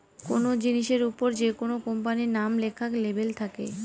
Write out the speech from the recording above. কোনো জিনিসের ওপর যেকোনো কোম্পানির নাম লেখা লেবেল থাকে